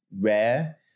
rare